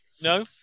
No